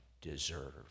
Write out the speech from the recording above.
deserve